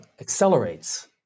accelerates